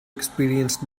experienced